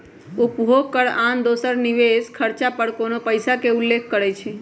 उपभोग कर आन दोसर निवेश खरचा पर कोनो पइसा के उल्लेख करइ छै